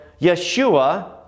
Yeshua